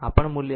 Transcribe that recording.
આ પણ મુલ્ય છે